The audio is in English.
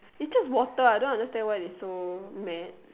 it's just water I don't understand why they so mad